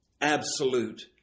absolute